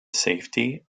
safety